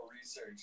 research